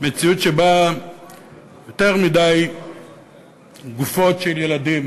מציאות שבה יותר מדי גופות של ילדים